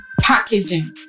packaging